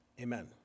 Amen